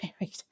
married